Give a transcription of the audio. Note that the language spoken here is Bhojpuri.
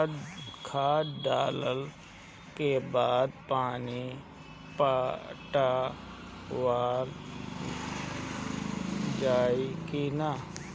खाद डलला के बाद पानी पाटावाल जाई कि न?